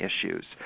issues